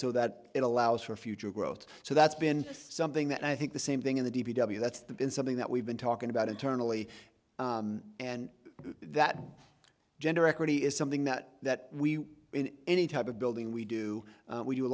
so that it allows for future growth so that's been something that i think the same thing in the d p w that's the been something that we've been talking about internally and that gender equity is something that that we in any type of building we do we do a